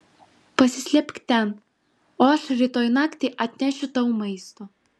pasislėpk ten o aš rytoj naktį atnešiu tau maisto